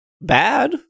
bad